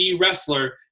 wrestler